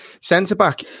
Centre-back